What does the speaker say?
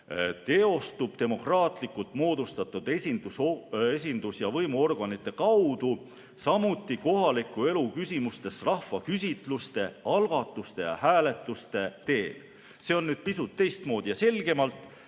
"teostub demokraatlikult moodustatud esindus‑ ja võimuorganite kaudu, samuti kohaliku elu küsimustes rahvaküsitluste, ‑algatuste ja ‑hääletuste teel." See on pisut teistmoodi ja selgemalt